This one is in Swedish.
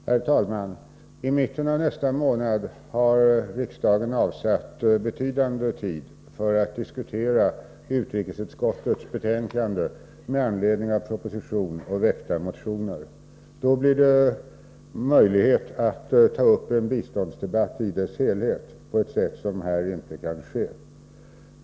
Herr talman! I mitten av nästa månad har riksdagen avsatt betydande tid för att diskutera utrikesutskottets betänkande med anledning av proposition och väckta motioner. Då finns det möjlighet att ta upp en biståndsdebatt i dess helhet på ett sätt som här inte kan ske.